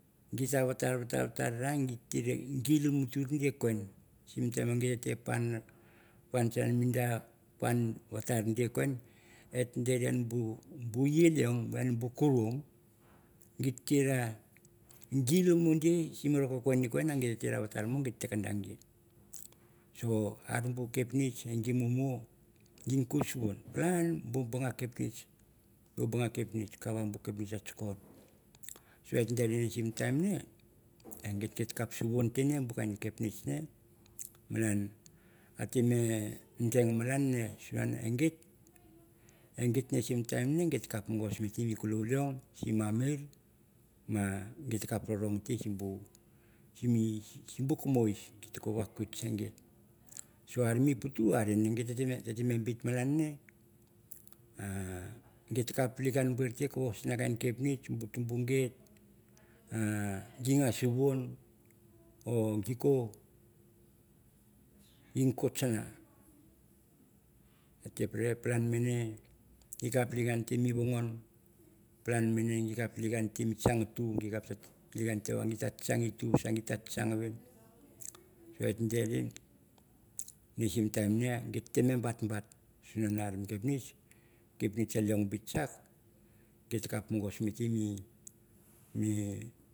Gi te vetar re ie se gil mutur ge i ken sim time gi te punche mi da vartari di ken et dere bu ie bu kurung git te ro gila mo sim mi roro ken. Yang git ra vatur mo ma kanda gi so are bu kepnitch mumu ge ko suwung palan bu banga kepnitch, buj banga kepnitch et dere sim time nge eng git ge kap no suwong bu kain git kapnitch note malan at tem no pen malan nge en git, en oit sime time nge mongos veritiri keleon leong sim mi tirir ma lait no rong sim bu kommlo' git te vakwik seng git so are mu put tu are bit malan nge git ge kap no suwong or gan ko kanga et pere palan mane ge kap no et pere palan mane ge kap no telikaran mi vongon, palan mane ge kap no telikaran mi vonlon i tunng i tu wasa te git batbat kapnich a leong bit kutch git ma kap mongos miti mi.